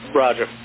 roger